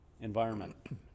environment